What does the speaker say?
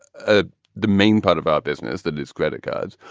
ah the main part of our business that is credit cards.